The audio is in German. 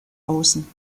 außen